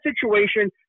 situation